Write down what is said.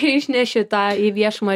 išnešiu į tą į viešumą